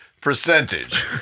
percentage